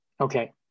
okay